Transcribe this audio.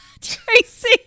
Tracy